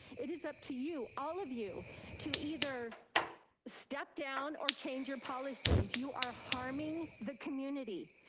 it is up to you, all of you to either step down or change your policies. you are harming the community.